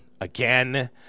again